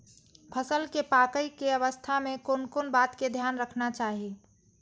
फसल के पाकैय के अवस्था में कोन कोन बात के ध्यान रखना चाही?